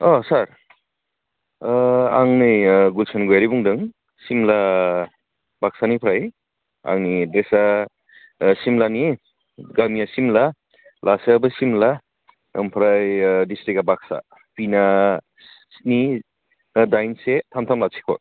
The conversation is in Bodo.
अह सार ओह आं नै ओह बोसोन गयारी बुदों सिमला बाक्सानिफ्राय आंनि एद्रेसआ ओह सिमलानि गामिया सिमला लासोआबो सिमला ओमफ्राय ड्रिस्टिक्टआ बाक्सा पिनआ स्नि ओह दाइन से थाम थाम लाथिख'